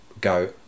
Go